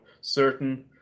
certain